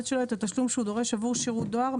שלו את התשלום שהוא דורש עבור שירות דואר,